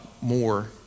more